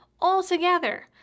altogether